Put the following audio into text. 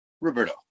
Roberto